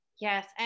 Yes